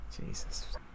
Jesus